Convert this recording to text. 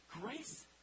grace